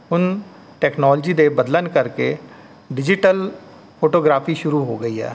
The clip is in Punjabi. ਹੁਣ ਟੈਕਨੋਲੋਜੀ ਦੇ ਬਦਲਣ ਕਰਕੇ ਡਿਜ਼ੀਟਲ ਫੋਟੋਗ੍ਰਾਫੀ ਸ਼ੁਰੂ ਹੋ ਗਈ ਹੈ